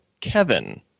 Kevin